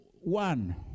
one